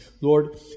Lord